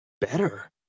better